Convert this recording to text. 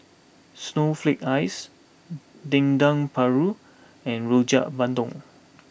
Snowflake Ice Dendeng Paru and Rojak Bandung